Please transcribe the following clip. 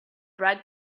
bright